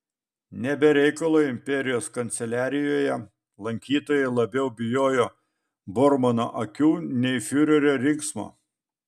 ne be reikalo imperijos kanceliarijoje lankytojai labiau bijojo bormano akių nei fiurerio riksmo